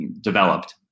developed